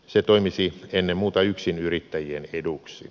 se toimisi ennen muuta yksinyrittäjien eduksi